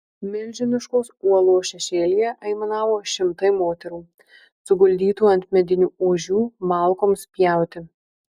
milžiniškos uolos šešėlyje aimanavo šimtai moterų suguldytų ant medinių ožių malkoms pjauti